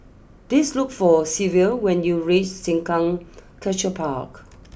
please look for Silvia when you reach Sengkang Sculpture Park